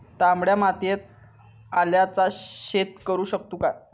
तामड्या मातयेत आल्याचा शेत करु शकतू काय?